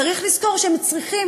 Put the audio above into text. צריך לזכור שהם צריכים,